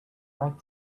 right